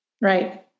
Right